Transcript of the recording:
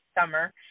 summer